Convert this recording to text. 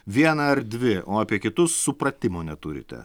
vieną ar dvi o apie kitus supratimo neturite